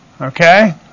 Okay